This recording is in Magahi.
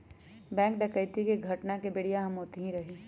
बैंक डकैती के घटना के बेरिया हम ओतही रही